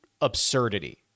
absurdity